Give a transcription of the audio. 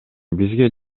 бизге